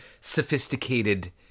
sophisticated